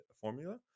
formula